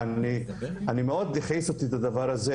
הדבר הזה מאוד הכעיסו אותי.